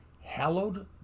hallowed